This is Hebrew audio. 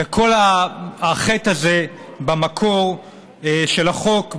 וכל החטא הזה במקור של החוק,